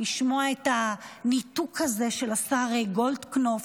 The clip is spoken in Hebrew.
לשמוע את הניתוק הזה של השר גולדקנופ,